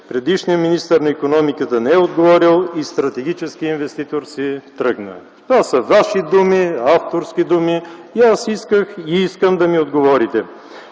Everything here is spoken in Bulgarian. Предишният министър на икономиката не е отговорил и стратегическият инвеститор си е тръгнал.” Това са Ваши думи, авторски думи. Аз исках и искам да ми отговорите: